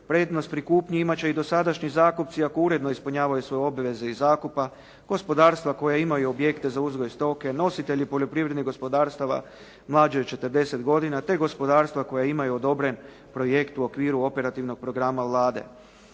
Prednost pri kupnji imat će i dosadašnji zakupci ako uredno ispunjavaju svoje obveze iz zakupa, gospodarstva koja imaju objekte za uzgoj stoke, nositelji poljoprivrednih gospodarstava mlađih od 40 godina, te gospodarstva koja imaju odobren projekt u okviru operativnog programa Vlade.